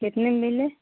कितने में मिले